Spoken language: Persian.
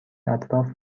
اطراف